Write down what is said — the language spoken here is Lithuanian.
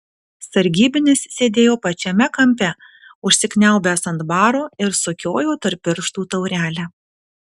sargybinis sėdėjo pačiame kampe užsikniaubęs ant baro ir sukiojo tarp pirštų taurelę